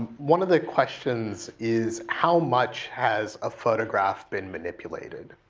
one of the questions is how much has a photograph been manipulated,